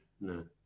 No